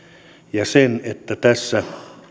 ja sen että tässä